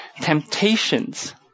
Temptations